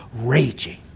raging